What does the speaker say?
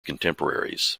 contemporaries